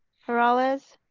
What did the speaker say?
peralez,